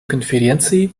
конференцией